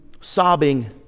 sobbing